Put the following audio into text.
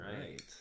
right